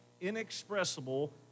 inexpressible